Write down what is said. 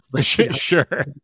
Sure